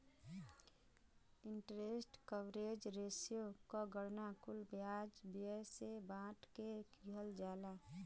interest coverage ratio क गणना कुल ब्याज व्यय से बांट के किहल जाला